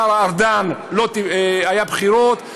השר ארדן, היו בחירות.